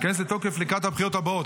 הוא ייכנס לתוקף לקראת הבחירות הבאות,